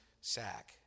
sack